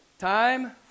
Time